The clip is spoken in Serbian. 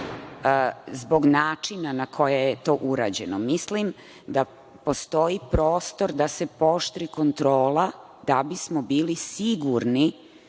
zbog načina na koji je to urađeno. Mislim da postoji prostor da se pooštri kontrola da bismo bili sigurni